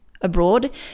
Abroad